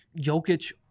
Jokic